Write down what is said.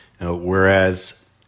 Whereas